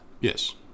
Yes